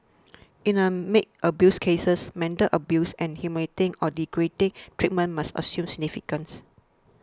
in the maid abuse cases mental abuse and humiliating or degrading treatment must assume significance